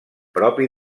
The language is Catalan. propi